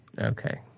Okay